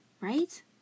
Right